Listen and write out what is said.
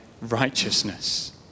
righteousness